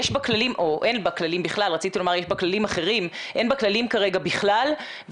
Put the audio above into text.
אין בה כללים כרגע בכלל,